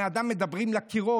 בני האדם מדברים לקירות.